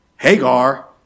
Hagar